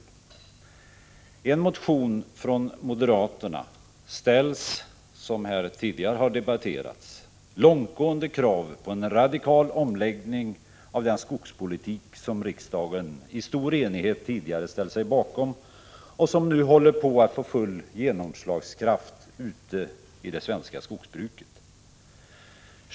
I en motion från moderaterna som tidigare debatterats ställs långtgående krav på en radikal omläggning av den skogspolitik som riksdagen i stor enighet tidigare ställt sig bakom och som nu håller på att få full genomslagskraft ute i det svenska skogsbruket.